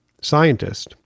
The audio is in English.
scientist